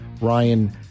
Ryan